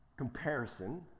comparison